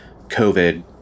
COVID